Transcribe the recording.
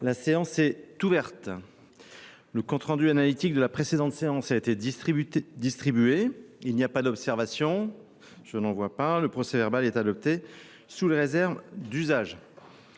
La séance est ouverte. Le compte rendu analytique de la précédente séance a été distribué. Il n’y a pas d’observation ?… Le procès verbal est adopté sous les réserves d’usage.